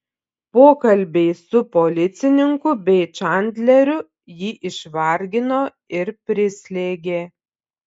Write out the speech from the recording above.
pokalbiai su policininku bei čandleriu jį išvargino ir prislėgė